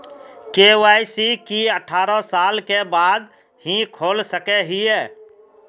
KYC की अठारह साल के बाद ही खोल सके हिये?